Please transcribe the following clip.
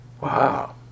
Wow